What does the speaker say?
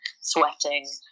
sweating